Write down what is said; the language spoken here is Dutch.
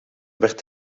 werd